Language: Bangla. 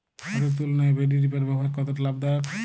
হাতের তুলনায় পেডি রিপার ব্যবহার কতটা লাভদায়ক?